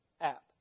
app